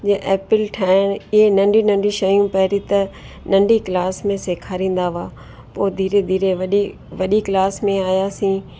जीअं एपिल ठाहिणु इहे नंढी नंढी शयूं पहिरीं त नंढी क्लास में सेखारींदा हुआ पोइ धीरे धीरे वॾी वॾी क्लास में आहियासीं